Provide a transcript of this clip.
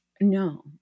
No